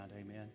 amen